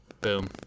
Boom